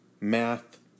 math